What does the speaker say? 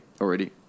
already